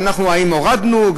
ואם הורדנו,